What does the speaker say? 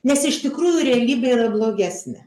nes iš tikrųjų realybė yra blogesnė